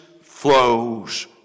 flows